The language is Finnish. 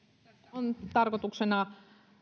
on tarkoituksena